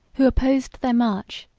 who opposed their march,